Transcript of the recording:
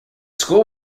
school